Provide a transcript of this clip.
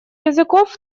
языков